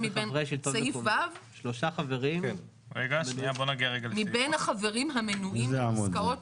שלושה חברים --- מבין החברים המנויים בפסקאות